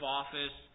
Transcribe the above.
office